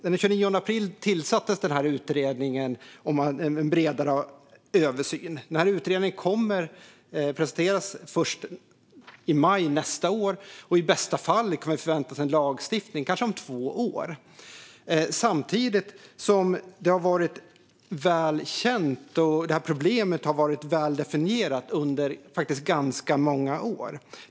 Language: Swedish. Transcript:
Den 29 april tillsattes denna utredning om en bredare översyn. Denna utredning kommer att presenteras först i maj nästa år, och i bästa fall kan vi förvänta oss en lagstiftning om två år. Samtidigt har detta problem varit väl känt och väl definierat under ganska många år.